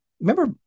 remember